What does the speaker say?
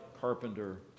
Carpenter